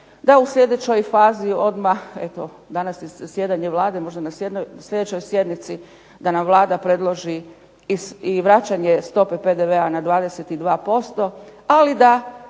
Da u sljedećoj fazi odmah, eto danas je zasjedanje Vlade, možda na sljedećoj sjednici da nam Vlada predloži i vraćanje stope PDV-a na 22%, ali da